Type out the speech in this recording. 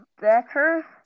better